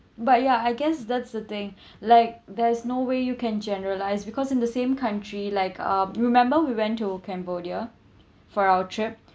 but yeah I guess that's the thing like there is no way you can generalise because in the same country like uh remember we went to cambodia for our trip